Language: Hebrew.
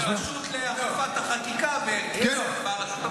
הרשות לאכיפת החקיקה ברשות המחוקקת.